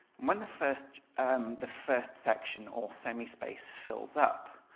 when the first um the first section or semi-space fills up,